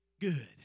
good